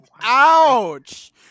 ouch